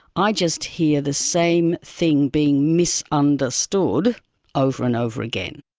i just hear the same thing being misunderstood over and over again.